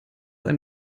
ein